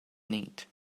neat